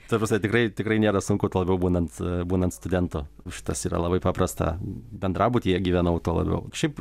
ta prasme tikrai tikrai nėra sunku tuo labiau būnant būnant studentu šitas yra labai paprasta bendrabutyje gyvenau tuo labiau šiaip